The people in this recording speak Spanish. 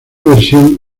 versión